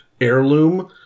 heirloom